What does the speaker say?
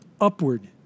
upward